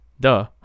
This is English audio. Duh